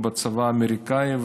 ובצבא האמריקני,